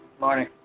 Morning